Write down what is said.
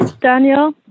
Daniel